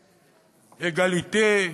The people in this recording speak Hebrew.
Egalite',